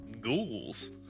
ghouls